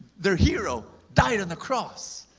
their hero died on the cross.